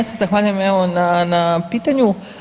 Ja se zahvaljujem evo na pitanju.